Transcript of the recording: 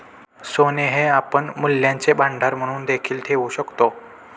सोने हे आपण मूल्यांचे भांडार म्हणून देखील ठेवू शकतो